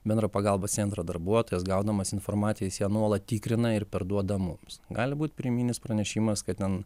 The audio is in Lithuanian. bendro pagalbos centro darbuotojas gaudamas informaciją jis ją nuolat tikrina ir perduoda mums gali būti pirminis pranešimas kad ten